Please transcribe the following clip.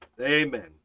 Amen